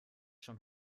schon